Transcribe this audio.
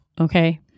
Okay